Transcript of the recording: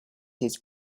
his